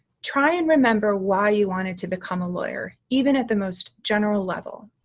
try and remember why you wanted to become a lawyer, even at the most general level.